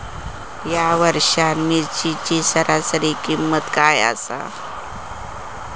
या वर्षात मिरचीची सरासरी किंमत काय आसा?